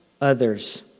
others